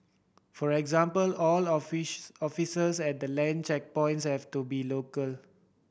for example all officers at the land checkpoints have to be local